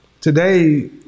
today